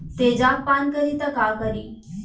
तेजाब पान करी त का करी?